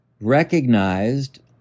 recognized